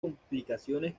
complicaciones